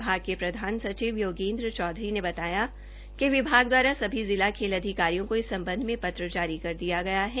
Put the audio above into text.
विभाग के प्रधान सचिव श्री योगेंद्र चौधरी ने बताया की विभाग दवारा सभी जिला खेल अधिकारियों को इस सम्बध में पत्र जारी कर दिया है